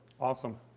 Awesome